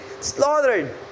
slaughtered